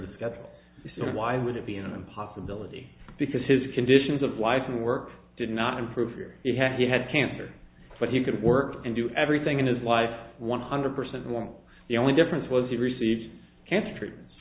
the schedule so why would it be in a possibility because his conditions of life and work did not improve you had he had cancer but he could work and do everything in his life one hundred percent normal the only difference was he received cancer treatments